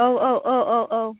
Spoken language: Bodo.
औ औ औ औ औ